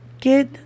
Get